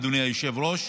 אדוני היושב-ראש,